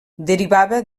derivava